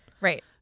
Right